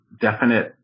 definite